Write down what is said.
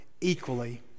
equally